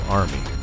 army